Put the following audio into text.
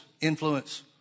influence